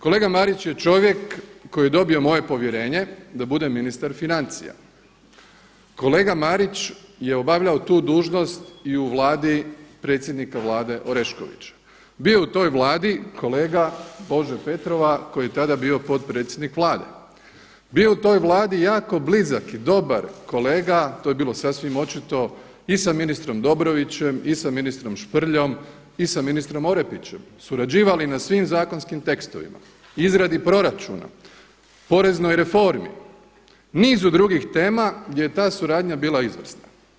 Kolega Marić je čovjek koji je dobio moje povjerenje da bude ministar financija, kolega Marić je obavljao tu dužnost i u vladi predsjednika vlade Oreškovića, bio je u toj vladi kolega Bože Petrova koji je tada bio potpredsjednik vlade, bio je u toj vladi jako blizak i dobar kolega, to je bilo sasvim očito i sa ministrom Dobrovićem, i sa ministrom Šprljom, i sa ministrom Orepićem surađivali na svim zakonskim tekstovima, izradi proračuna, poreznoj reformi nizu drugih tema gdje je ta suradnja bila izvrsna.